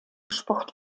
sport